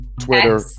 Twitter